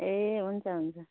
ए हुन्छ हुन्छ